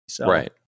Right